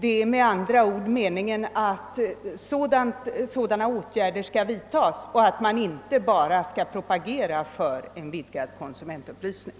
Det är med andra ord vår mening att sådana åtgärder skall vidtagas och att man inte bara skall propagera för en vidgad konsumentupplysning.